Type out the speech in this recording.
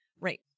Right